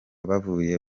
bavuye